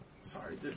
Sorry